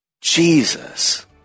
Jesus